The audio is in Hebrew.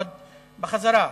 עוד בחזרה,